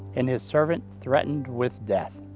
and his servant threatened with death.